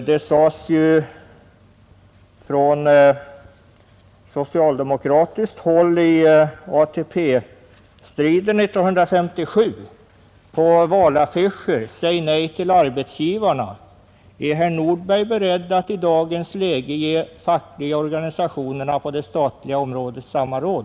Det sades ju från socialdemokratiskt håll i ATP-striden 1957 på valaffischer: Säg nej till arbetsgivarna! Är herr Nordberg beredd att i dagens läge ge de fackliga organisationerna på det statliga området samma råd?